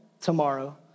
tomorrow